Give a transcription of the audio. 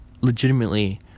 legitimately